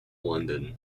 london